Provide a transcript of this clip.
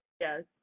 yes